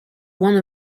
one